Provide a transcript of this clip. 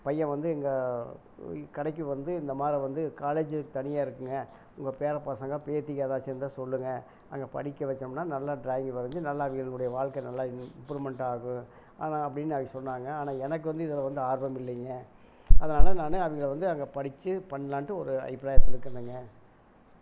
பையன் வந்து எங்கள் கடைக்கு வந்து இந்தமாதிரி வந்து காலேஜி தனியாக இருக்குங்க உங்கள் பேரப்பசங்க பேத்திங்க எதாச்சும் இருந்தால் சொல்லுங்கள் அங்கே படிக்க வச்சோமுன்னால் நல்லா ட்ராயிங் வரஞ்சு நல்லா அவங்களுடைய வாழ்க்கை நல்லா இம்ப்ரூவ்மென்ட்டாகும் ஆனால் அப்படின்னு அவங்க சொன்னாங்க ஆனால் எனக்கு வந்து இதில் வந்து ஆர்வம் இல்லைங்க அதனால் நான் அவங்கள வந்து அங்கே படித்து பண்ணலான்ட்டு ஒரு ஐப்பிராயத்தில் இருக்கேனுங்க